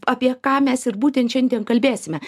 apie ką mes ir būtent šiandien kalbėsime